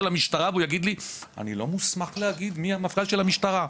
המשטרה והוא יגיד לי: אני לא מוסמך להגיד מיהו המפכ"ל של המשטרה.